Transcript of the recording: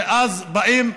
ואז באים,